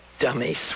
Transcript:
dummy